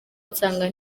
nsanga